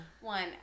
One